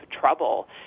trouble